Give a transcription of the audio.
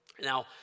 Now